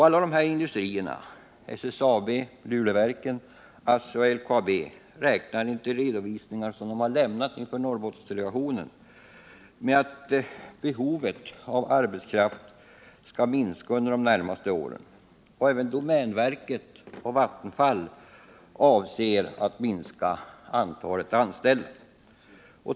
Alla dessa industrier — SSAB , ASSI och LKAB —- räknar med att behovet av arbetskraft skall minska under de närmaste åren enligt vad de redovisat till Norrbottensdelegationen. Även domänverket och Vattenfall avser att minska antalet anställda.